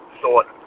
thought